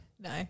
No